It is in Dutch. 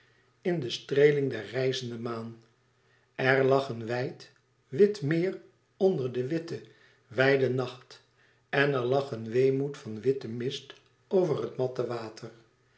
in de streeling der rijzende maan er lag een wijd wit meer onder de witte wijde nacht en er lag een weemoed van witten mist over het matte water